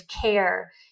care